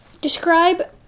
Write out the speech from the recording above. Describe